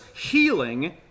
healing